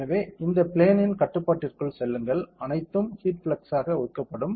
எனவே இந்த பிளேன்னின் கட்டுப்பாட்டிற்குள் செல்லுங்கள் அனைத்தும் ஹீட் ஃப்ளக்ஸ்க்காக ஒதுக்கப்படும்